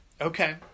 Okay